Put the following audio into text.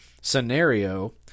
scenario